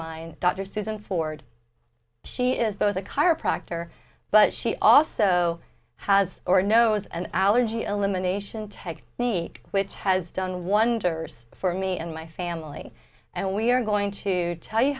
mine dr susan ford she is both a chiropractor but she also has or knows an allergy elimination technique which has done wonders for me and my family and we are going to tell you